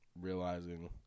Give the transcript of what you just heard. realizing